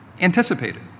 anticipated